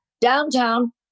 downtown